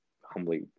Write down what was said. humbly